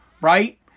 right